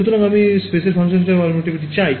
সুতরাং আমি স্পেসের ফাংশন হিসাবে permittivity চাই